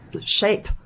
shape